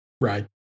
right